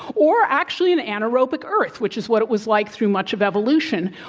or actually an anaerobic earth, which is what it was like through much of evolution